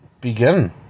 begin